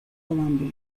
columbia